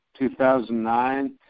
2009